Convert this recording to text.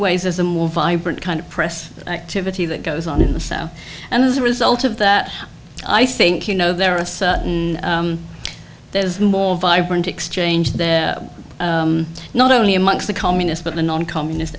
ways as a more vibrant kind of press activity that goes on in the south and as a result of that i think you know there are a certain there's more vibrant exchange there not only among the communists but the noncommunist